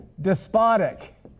despotic